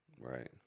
Right